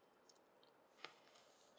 uh